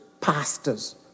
pastors